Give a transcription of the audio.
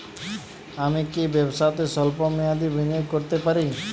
আমি কি ব্যবসাতে স্বল্প মেয়াদি বিনিয়োগ করতে পারি?